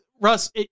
Russ